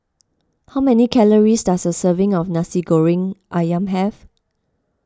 how many calories does a serving of Nasi Goreng Ayam have